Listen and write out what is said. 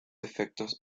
efectos